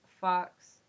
fox